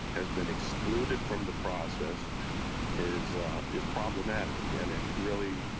has been excluded from the process is is problematic. and it really